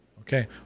okay